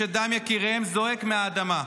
שדם יקיריהם זועק מהאדמה.